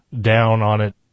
down-on-it